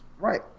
Right